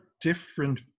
different